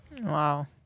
wow